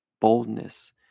boldness